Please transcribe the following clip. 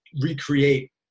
recreate